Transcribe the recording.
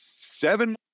Seven